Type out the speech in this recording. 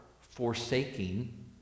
forsaking